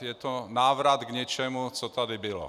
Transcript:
Je to návrat k něčemu, co tady bylo.